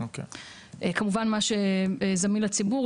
כמובן מה שזמין לציבור,